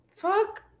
Fuck